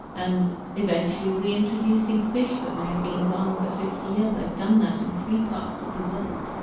and eventually reintroducing fish that may have been gone for fifty years. i've done that in three parts of the world.